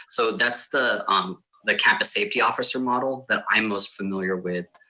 so that's the um the campus safety officer model that i'm most familiar with,